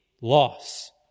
loss